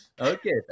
Okay